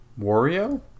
Wario